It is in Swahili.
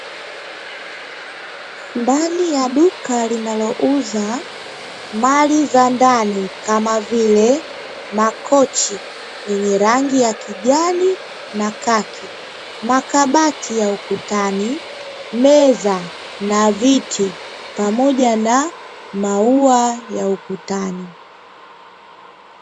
Ndani ya duka linauza mali za ndani kama vile makochi yenye rangi ya kijani na kaki, makabati ya ukutani, meza na viti pamoja na maua ya ukutani.